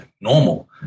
normal